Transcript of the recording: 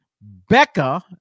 Becca